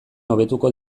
hobetuko